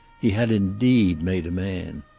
he had indeed made a man.